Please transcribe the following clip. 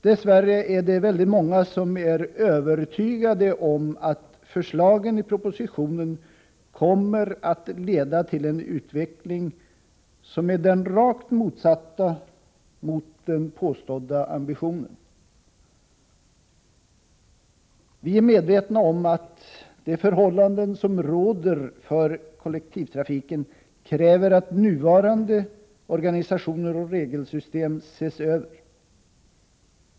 Dess värre är väldigt många övertygade om att ett förverkligande av förslagen i propositionen kommer att leda till en utveckling som är raka motsatsen till den påstådda ambitionen. Vi är medvetna om att det, med de förhållanden som råder för kollektivtrafiken, krävs att nuvarande organisationer och regelsystem ses över.